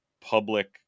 public